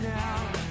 now